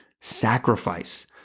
sacrifice